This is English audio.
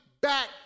back